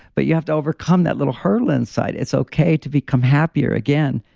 but you have to overcome that little hurdle and side. it's okay to become happier again,